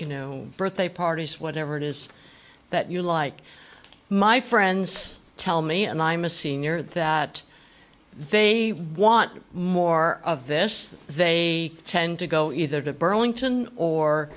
you know birthday parties whatever it is that you like my friends tell me and i'm a senior that they want more of this they tend to go either to burlington or